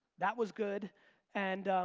that was good and